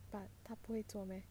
but 他不会做 meh